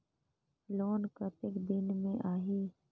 Loan कतेक दिन मे आही?